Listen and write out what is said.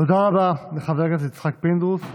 תודה רבה לחבר הכנסת יצחק פינדרוס.